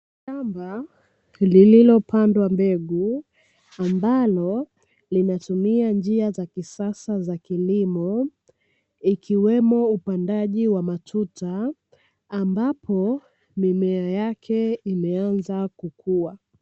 Shamba lililopandwa mbegu ambalo linatumia njia za kisasa za kilimo ikiwemo upandaji wa matuta, ambapo mimea yake imeanza kukua.